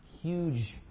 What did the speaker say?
huge